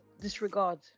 disregard